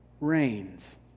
reigns